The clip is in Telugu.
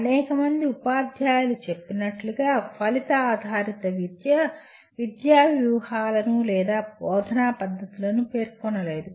అనేక మంది ఉపాధ్యాయులు చెప్పినట్లుగా ఫలిత ఆధారిత విద్య విద్యా వ్యూహాలను లేదా బోధనా పద్ధతులను పేర్కొనలేదు